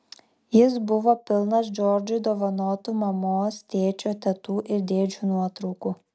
jis buvo pilnas džordžui dovanotų mamos tėčio tetų ir dėdžių nuotraukų